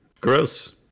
Gross